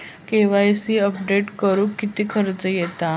KYC update करुक किती खर्च येता?